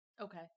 Okay